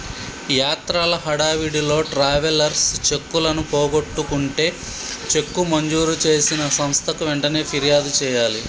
యాత్రల హడావిడిలో ట్రావెలర్స్ చెక్కులను పోగొట్టుకుంటే చెక్కు మంజూరు చేసిన సంస్థకు వెంటనే ఫిర్యాదు చేయాలి